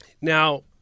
Now